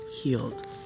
healed